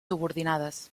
subordinades